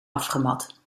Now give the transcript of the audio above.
afgemat